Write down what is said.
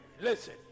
Listen